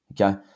okay